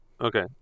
Okay